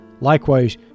Likewise